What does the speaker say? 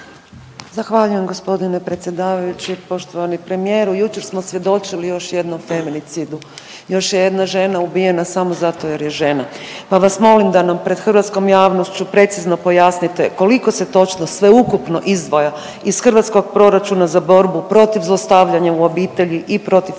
Hvala gospodine predsjedavajući. Poštovani premijeru jučer smo svjedočili još jednom feminicidu. Još je jedna žena ubijena samo zato jer je žena. Pa vas molim da nam pred hrvatskom javnošću precizno pojasnite koliko se točno sveukupno izdvaja iz hrvatskog proračuna za borbu protiv zlostavljanja u obitelji i protiv